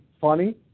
funny